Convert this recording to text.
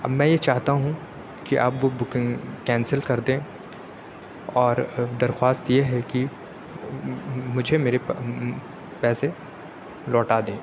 اب میں یہ چاہتا ہوں کہ اب وہ بکنگ کینسل کر دیں اور درخواست یہ ہے کہ مجھے میرے پیسے لوٹا دیں